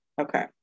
Okay